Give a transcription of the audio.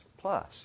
plus